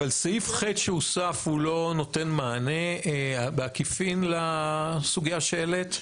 אבל סעיף (ח) שהוסף הוא לא נותן מענה בעקיפין לסוגייה שהעלית?